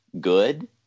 good